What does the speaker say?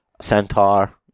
centaur